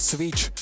Switch